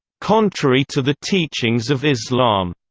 contrary to the teachings of islam.